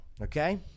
Okay